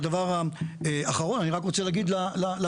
והדבר האחרון, ואני רק רוצה להגיד לפרוטוקול: